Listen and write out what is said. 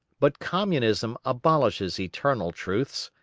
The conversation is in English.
but communism abolishes eternal truths,